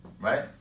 right